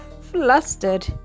flustered